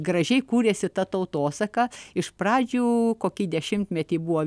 gražiai kūrėsi ta tautosaka iš pradžių kokį dešimtmetį buvo